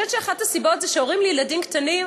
אחת הסיבות היא שהורים לילדים קטנים,